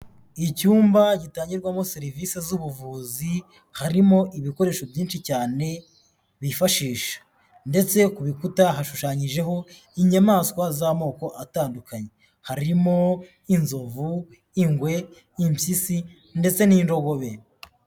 Icyumba gitangirwamo serivise z'ubuvuzi, harimo ibikoresho byinshi cyane bifashisha ndetse ku bikuta hashushanyijeho inyamaswa z'amoko atandukanye, harimo nk'inzovu, ingwe, impyisi ndetse n'indogobe.